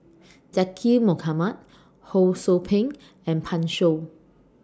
Zaqy Mohamad Ho SOU Ping and Pan Shou